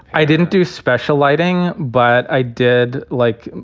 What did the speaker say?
i didn't do special lighting, but i did, like,